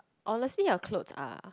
honestly our clothes are